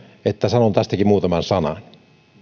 että sanon tästäkin muutaman sanan